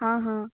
ହଁ ହଁ